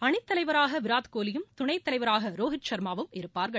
அணித் தலைவராக விராட் கோலியும் துணைத் தலைவராக ரோஹித் சர்மாவும் இருப்பார்கள்